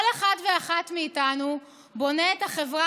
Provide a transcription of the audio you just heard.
כל אחד ואחת מאיתנו בונה את החברה